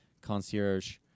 concierge